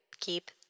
Keep